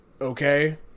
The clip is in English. okay